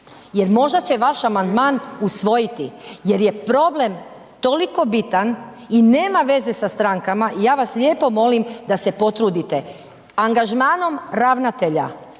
jer možda će vaš amandman usvojiti jer je problem toliko bitan i nema veze sa strankama, ja vas lijepo molim da se potrudite. Angažmanom ravnatelja